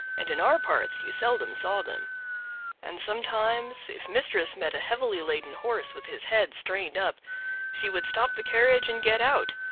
and in our parts you seldom saw them and sometimes, if mistress met a heavily laden horse with his head strained up she would stop the carriage and get out,